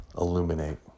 illuminate